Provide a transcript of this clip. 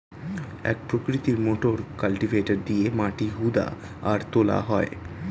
এক প্রকৃতির motor cultivator দিয়ে মাটি হুদা আর তোলা হয়